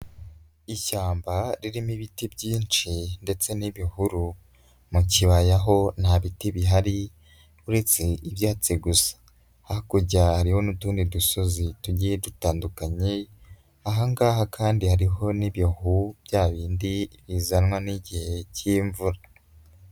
Ishyamba ririmo ibiti byinshi ndetse n'ibihuru, mu kibaya ho nta biti bihari uretse ibyatsi gusa. Hakurya hariho n'utundi dusozi tugiye dutandukanye, aha ngaha kandi hariho n'ibihu bya bindi bizanwa n'igihe k'imvura.